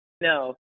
No